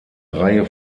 reihe